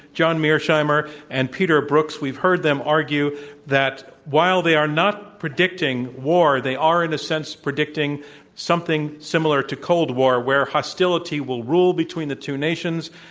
john mearsheimer and peter brookes. we've heard them argue that while they are not predicting war, they are in a sense predicting something similar to cold war, where hostility will rule between the two nations,